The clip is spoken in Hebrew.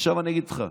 עכשיו, אני אגיד לך,